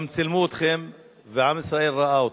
גם צילמו אתכם, ועם ישראל ראה אתכם.